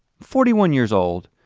forty one years old,